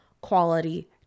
quality